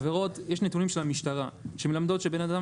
יש נתונים של המשטרה שמלמדים שבן אדם